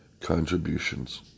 contributions